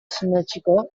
sinetsiko